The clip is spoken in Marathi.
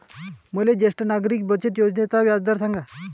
मले ज्येष्ठ नागरिक बचत योजनेचा व्याजदर सांगा